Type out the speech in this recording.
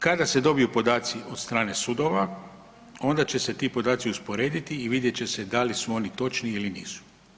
Kada se dobiju podaci od strane sudova, onda će se ti podaci usporediti i vidjet će se da li su oni točni ili nisu.